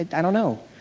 i don't know.